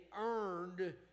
earned